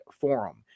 Forum